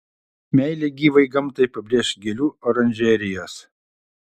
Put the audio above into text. meilę gyvai gamtai pabrėš gėlių oranžerijos